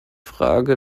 frage